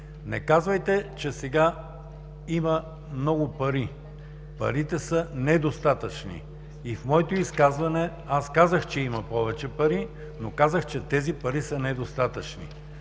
Не казвайте, че сега има много пари – парите са недостатъчни. В своето изказване казах, че има повече пари, но казах, че тези пари са недостатъчни.